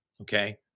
Okay